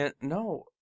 No